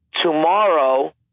tomorrow